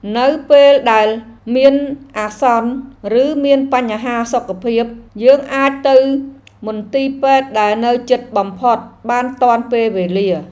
នៅពេលដែលមានអាសន្ន ឬមានបញ្ហាសុខភាព យើងអាចទៅមន្ទីរពេទ្យដែលនៅជិតបំផុតបានទាន់ពេលវេលា។